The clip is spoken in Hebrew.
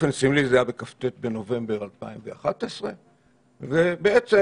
באופן סמלי זה היה בכ"ט בנובמבר 2011. ובעצם